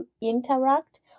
interact